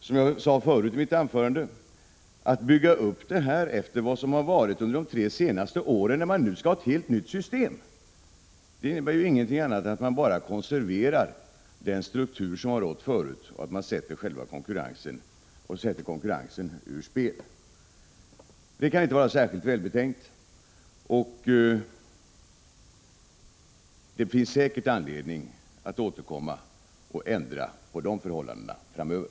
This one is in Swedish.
Att bygga upp bestämmelserna i enlighet med vad som gällt under de tre senaste åren, när man skall ha ett helt nytt system, är bara att konservera den struktur som rått förut och att sätta konkurrensen ur spel. Det kan inte vara särskilt välbetänkt, och det finns säkert anledning att återkomma för att ändra på de förhållandena framöver.